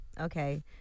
Okay